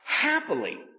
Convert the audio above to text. happily